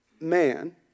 man